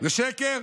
זה שקר.